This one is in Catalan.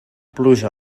pluja